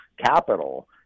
capital